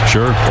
Sure